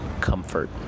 comfort